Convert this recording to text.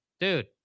dude